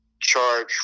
charge